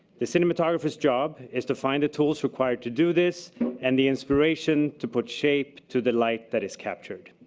the cinematographer's job is to find the tools required to do this and the inspiration to put shape to the light that is captured.